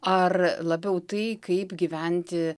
ar labiau tai kaip gyventi